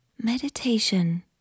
meditation